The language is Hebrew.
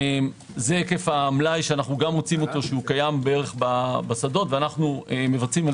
זה היקף המלאי שאנו מוצאים שקיים בערך בשדות ואנו מבצעים על